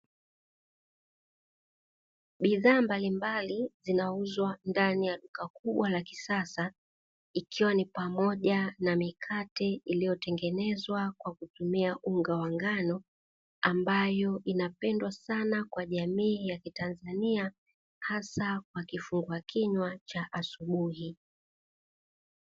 Bidhaa mbalimbali zinauzwa ndani ya duka kubwa la kisasa, ikiwa ni pamoja na mikate iliyotengenezwa kwa kutumia unga wa ngano, ambayo inapendwa sana kwa jamii ya kitanzania hasa kwa kifungua kinywa cha asubuhi.